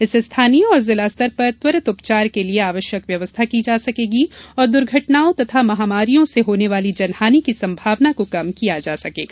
इससे स्थानीय एवं जिला स्तर पर त्वरित उपचार के लिये आवश्यक व्यवस्था की जा सकेगी और दुर्घटनाओं तथा महामारियों से होने वाली जनहानि की संभावना को कम किया जा सकेगा